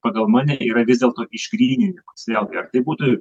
pagal mane yra vis dėlto išgryninimas vėl gi ar tai būtų